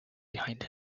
behind